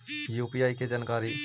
UPI के जानकारी?